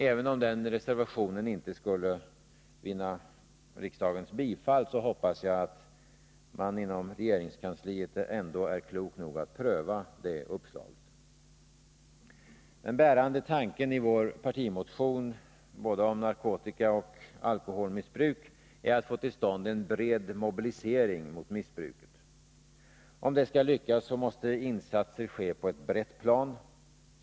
Även om denna reservation inte skulle vinna riksdagens bifall, hoppas jag att man inom regeringskansliet ändå är klok nog att pröva detta uppslag. Den bärande tanken i vår partimotion om både narkotikaoch alkoholmissbruk är att få till stånd en bred mobilisering mot missbruket. Om det skall lyckas måste insatser ske på ett brett plan.